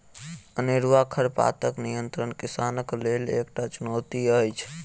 अनेरूआ खरपातक नियंत्रण किसानक लेल एकटा चुनौती अछि